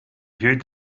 huge